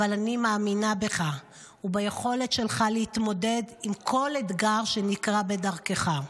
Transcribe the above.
אבל אני מאמינה בך וביכולת שלך להתמודד עם כל אתגר שנקרה בדרכך.